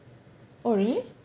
oh really